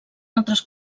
altres